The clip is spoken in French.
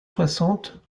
soixante